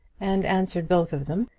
and answered both of them.